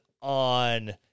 on